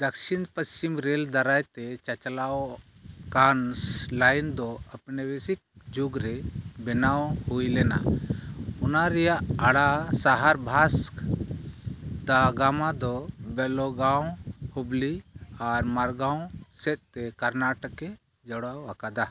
ᱫᱚᱠᱠᱷᱤᱱ ᱯᱚᱥᱪᱤᱢ ᱨᱮᱹᱞ ᱫᱟᱨᱟᱭᱛᱮ ᱪᱟᱪᱞᱟᱣᱚᱜ ᱠᱟᱱ ᱞᱟᱭᱤᱱ ᱫᱚ ᱩᱯᱚᱱᱤᱵᱮᱥᱤᱠ ᱡᱩᱜᱽᱨᱮ ᱵᱮᱱᱟᱣ ᱦᱩᱭᱞᱮᱱᱟ ᱚᱱᱟ ᱨᱮᱱᱟᱜ ᱟᱲᱟ ᱥᱟᱦᱟᱨ ᱵᱷᱟᱥᱠᱳ ᱰᱟ ᱜᱟᱢᱟ ᱫᱚ ᱵᱮᱞᱳᱜᱟᱶ ᱦᱩᱵᱽᱞᱤ ᱟᱨ ᱢᱟᱨᱜᱟᱶ ᱥᱮᱫᱛᱮ ᱠᱚᱨᱱᱟᱴᱚᱠᱮ ᱡᱩᱲᱟᱹᱣ ᱟᱠᱟᱫᱟ